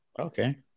okay